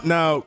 Now